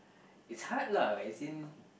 it's hard lah as in